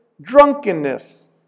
drunkenness